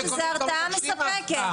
שזו הרתעה מספקת.